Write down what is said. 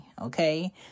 okay